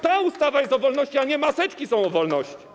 Ta ustawa jest o wolności, a nie maseczki są o wolności.